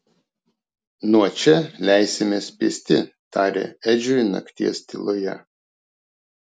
nuo čia leisimės pėsti tarė edžiui nakties tyloje